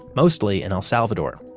mostly in el salvador.